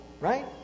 right